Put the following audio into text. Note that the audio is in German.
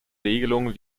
regelung